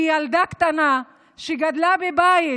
כמי שכילדה קטנה גדלה בבית